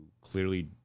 clearly